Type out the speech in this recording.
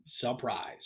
Surprise